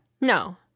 No